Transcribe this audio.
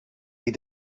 die